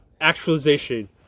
Actualization